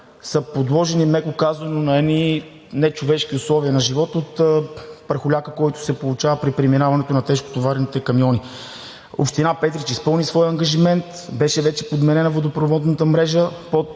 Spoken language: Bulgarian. са подложени, меко казано, на нечовешки условия на живот от прахоляка, който се получава при преминаването на тежкотоварните камиони. Община Петрич изпълни своя ангажимент. Беше вече подменена водопроводната мрежа